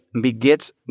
begets